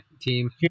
team